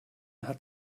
hat